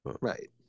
Right